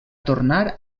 tornar